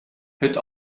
het